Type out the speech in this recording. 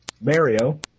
Mario